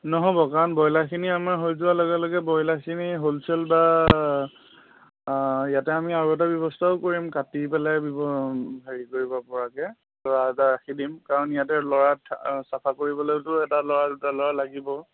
নহ'ব কাৰণ ব্ৰইলাৰখিনি আমাৰ হৈ যোৱাৰ লগে লগে ব্ৰইলাৰখিনি হ'লচেল বা ইয়াতে আমি আৰু এটা ব্যৱস্থাও কৰিম কাটি পেলাই হেৰি কৰিব পৰাকৈ ল'ৰা এটা ৰাখি দিম কাৰণ ইয়াতে ল'ৰা চাফা কৰিবলৈতো এটা ল'ৰা দুটা ল'ৰা লাগিব